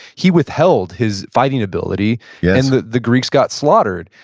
he withheld his fighting ability, yeah and the the greeks got slaughtered.